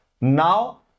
now